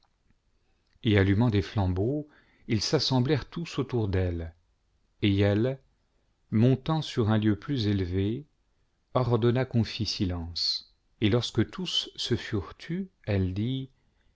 et allumant des flambeaux ils s'assemblèrent tous autour d'elle et elle montant sur un lieu plus élevé ordonna qu'on fît silence et lorsque tous se furent tus elle dit